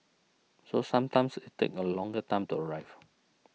so sometimes takes a longer time to arrive